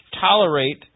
tolerate